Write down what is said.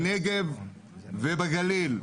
ערים מטרופוליניות חדשות בנגב ובגליל,